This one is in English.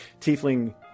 Tiefling